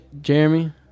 Jeremy